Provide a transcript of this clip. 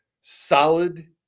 solid